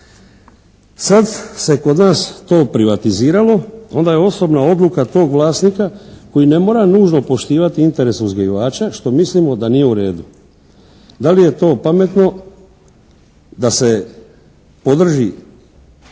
Sad se kod nas to privatiziralo, onda je osobna odluka tog vlasnika koji ne mora nužno poštivati interes uzgojivača, što mislimo da nije uredu. Da li je to pametno da se podrži,